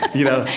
you know.